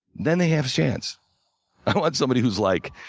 then they have a chance. i want somebody who's like